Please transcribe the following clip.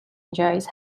enjoys